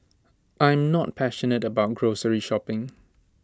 I am not passionate about grocery shopping